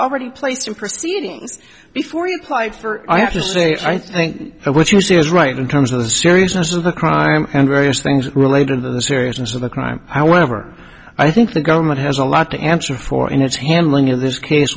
already placed in proceedings before you applied for i have to say i think what you say is right in terms of the seriousness of the crime and various things related to the seriousness of the crime however i think the government has a lot to answer for in its handling of this case